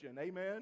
Amen